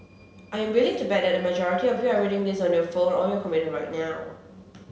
I am willing to bet that a majority of you are reading this on your phone or your computer right now